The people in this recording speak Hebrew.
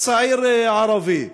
צעיר ערבי,